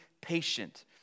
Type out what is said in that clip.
patient